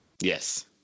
Yes